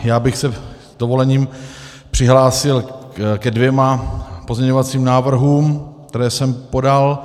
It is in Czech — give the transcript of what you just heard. Já bych se s dovolením přihlásil ke dvěma pozměňovacím návrhům, které jsem podal.